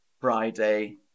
Friday